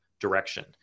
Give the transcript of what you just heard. direction